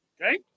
okay